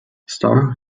starr